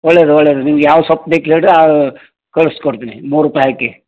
ಒಳ್ಳೆಯದು ಒಳ್ಳೆಯದು ನಿಮ್ಗೆ ಯಾವ ಸೊಪ್ಪು ಬೇಕು ಹೇಳಿರಿ ಕಳ್ಸ್ಕೊಡ್ತೀನಿ ಮೂರು ರೂಪಾಯಿ ಹಾಕಿ